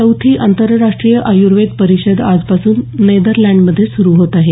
चौथी आंतरराष्ट्रीय आयुर्वेद परिषद आजपासून नेदरलँडमध्ये सुरू होत आहे